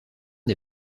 des